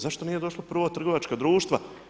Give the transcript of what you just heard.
Zašto nije došla prvo trgovačka društva?